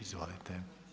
Izvolite.